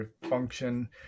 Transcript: function